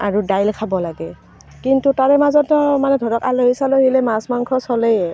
আৰু দাইল খাব লাগে কিন্তু তাৰে মাজতে মানে ধৰক আলহী চালহী আহিলে মাছ মাংস চলেই